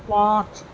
پانچ